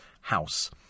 house